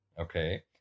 Okay